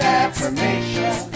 affirmation